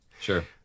sure